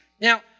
Now